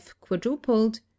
quadrupled